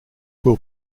will